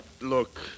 Look